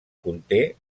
conté